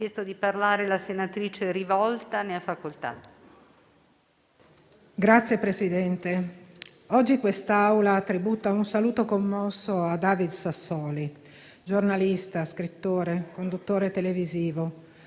Signor Presidente, oggi quest'Aula tributa un saluto commosso a David Sassoli, giornalista, scrittore, conduttore televisivo,